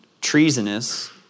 treasonous